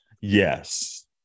Yes